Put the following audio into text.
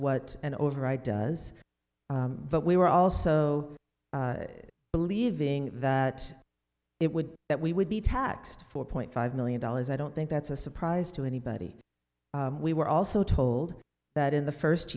what an override does but we were also believing that it would that we would be taxed four point five million dollars i don't think that's a surprise to anybody we were also told that in the first